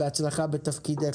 בהצלחה בתפקידך.